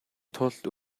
тулд